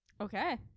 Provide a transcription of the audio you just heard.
Okay